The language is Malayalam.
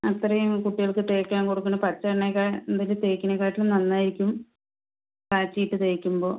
അത്രയും കുട്ടികൾക്ക് തേക്കാൻ കൊടുക്കണ പച്ച എണ്ണ ഒക്കെ എന്തായാലും തേക്കണതേക്കാട്ടും നന്നായിരിക്കും കാച്ചിയിട്ട് തേക്കുമ്പോൾ